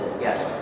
Yes